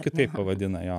kitaip pavadina jo